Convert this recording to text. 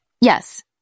Yes